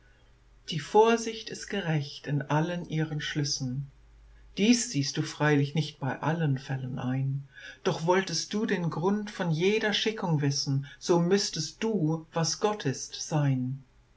die vorsicht ist gerecht in allen ihren schlüssen dies siehst du freilich nicht bei allen fällen ein doch wolltest du den grund von jeder schickung wissen so müßtest du was gott ist sein